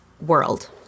world